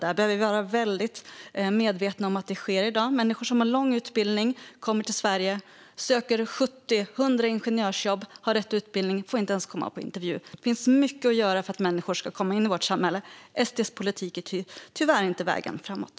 Vi behöver vara medvetna om att det sker i dag. Människor som har lång utbildning kommer till Sverige, söker 70 eller 100 ingenjörsjobb och har rätt utbildning men får inte ens komma på intervju. Det finns mycket att göra för att människor ska komma in i vårt samhälle. SD:s politik är tyvärr inte vägen framåt.